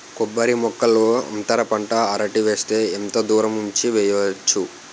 కొబ్బరి మొక్కల్లో అంతర పంట అరటి వేస్తే ఎంత దూరం ఉంచి వెయ్యొచ్చు?